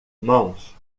mãos